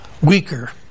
weaker